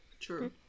True